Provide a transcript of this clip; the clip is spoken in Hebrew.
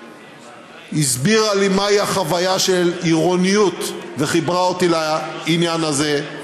שהסבירה לי מהי החוויה של עירוניות וחיברה אותי לעניין הזה,